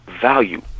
value